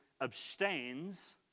abstains